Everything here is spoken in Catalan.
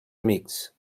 amics